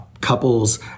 couples